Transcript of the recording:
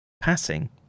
passing